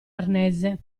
arnese